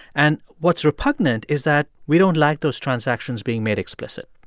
and what's repugnant is that we don't like those transactions being made explicit